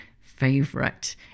favorite